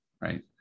right